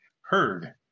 heard